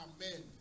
Amen